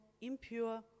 impure